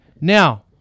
now